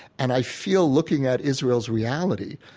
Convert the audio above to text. and i feel, looking at israel's reality,